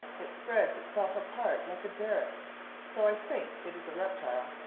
it spreads itself apart like a derrick so i think it is a reptile,